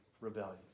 Rebellion